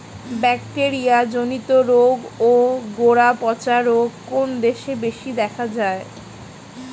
Bacteria জনিত রোগ ও গোড়া পচা রোগ কোন দেশে বেশি দেখা যায়?